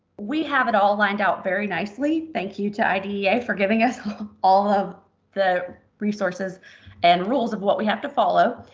we have it all lined out very nicely. thank you to idea for giving us all of the resources and rules of what we have to follow.